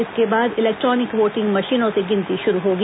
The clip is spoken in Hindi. इसके बाद इलेक्ट्रॉनिक वोटिंग मंशीनों से गिनती शुरू होगी